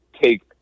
take